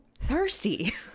thirsty